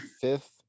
fifth